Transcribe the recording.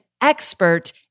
expert